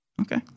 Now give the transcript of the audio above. Okay